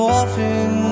often